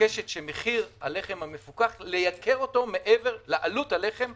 ומבקשת שמחיר הלחם המפוקח לייקר אותו מעבר לעלות הלחם,